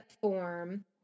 form